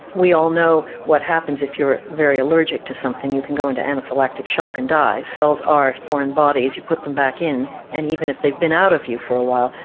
we all know what happens if you're very allergic to something you can go into anaphylactic shock and die. cells are foreign bodies you put them back in and even if they've been out of you for a while,